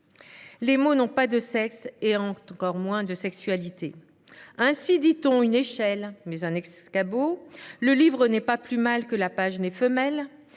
Les mots n’ont pas de sexe et encore moins de sexualité. Ainsi, on dit « une échelle », mais « un escabeau ». Le livre n’est pas plus mâle que la page n’est femelle.